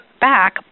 back